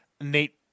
Nate